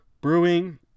Brewing